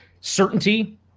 Certainty